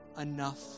enough